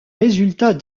résultats